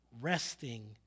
resting